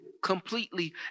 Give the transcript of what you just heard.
Completely